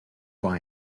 why